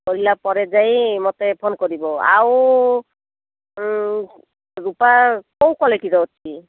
ସରିଲା ପରେ ଯାଇ ମତେ ଫୋନ୍ କରିବ ଆଉ ରୂପା କେଉଁ କ୍ଵାଲିଟିର ଅଛି